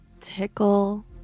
tickle